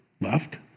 left